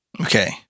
Okay